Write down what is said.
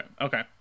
okay